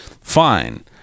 fine